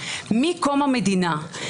מקום המדינה.